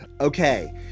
Okay